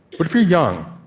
but if you're young,